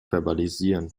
verbalisieren